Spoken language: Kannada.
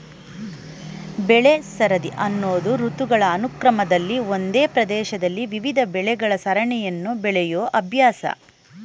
ಬೆಳೆಸರದಿ ಅನ್ನೋದು ಋತುಗಳ ಅನುಕ್ರಮದಲ್ಲಿ ಒಂದೇ ಪ್ರದೇಶದಲ್ಲಿ ವಿವಿಧ ಬೆಳೆಗಳ ಸರಣಿಯನ್ನು ಬೆಳೆಯೋ ಅಭ್ಯಾಸ